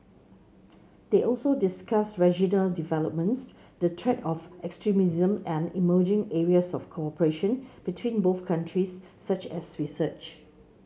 they also discussed regional developments the threat of extremism and emerging areas of cooperation between both countries such as research